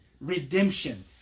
redemption